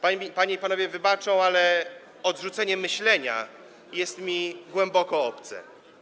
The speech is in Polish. Panie i panowie wybaczą, ale odrzucenie myślenia jest mi głęboko obce.